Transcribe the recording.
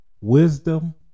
wisdom